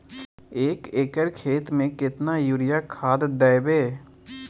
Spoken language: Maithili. एक एकर खेत मे केतना यूरिया खाद दैबे?